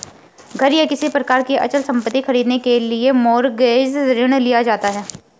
घर या किसी प्रकार की अचल संपत्ति खरीदने के लिए मॉरगेज ऋण लिया जाता है